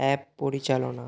app পরিচালনা